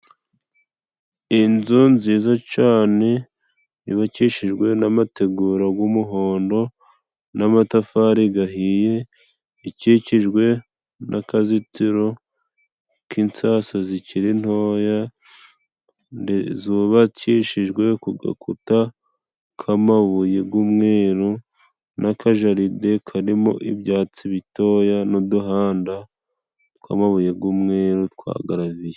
Inzu nziza cane yubakishijwe n'amategura g'umuhondo n'amatafari gahiye, ikikijwe n'akazitiro k'insasa zikiri ntoya, zubakishijwe ku gakuta k'amabuye g'umweru n'akajaride karimo ibyatsi bitoya n'uduhanda tw'amabuye g'umweru twa graviye.